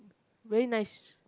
very nice